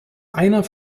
einer